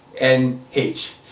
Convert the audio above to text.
nh